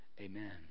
Amen